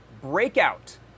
breakout